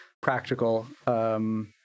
practical